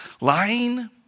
lying